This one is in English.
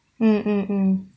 mm mm mm